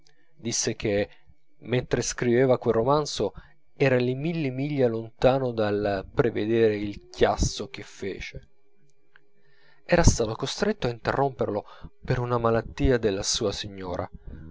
disse che mentre scriveva quel romanzo era le mille miglia lontano dal prevedere il chiasso che fece era stato costretto a interromperlo per una malattia della sua signora